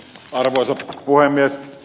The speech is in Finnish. arvoisa puhemies